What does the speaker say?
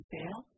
fail